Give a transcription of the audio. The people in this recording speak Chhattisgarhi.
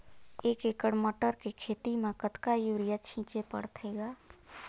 एक एकड़ मटर के खेती म कतका युरिया छीचे पढ़थे ग?